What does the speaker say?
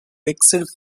fixed